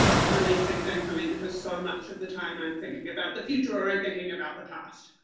releasing thing for me, because so much of the time i'm thinking about the future, and thinking about the past,